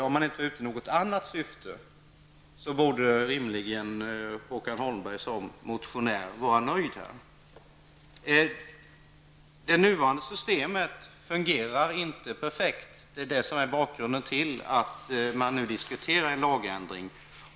Om han inte är ute i något annat syfte borde han som motionär därmed rimligen vara nöjd. Det nuvarande systemet fungerar inte perfekt. Det är bakgrunden till att man nu diskuterar en lagändring.